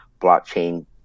blockchain